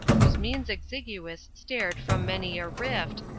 whose means exiguous stared from many a rift,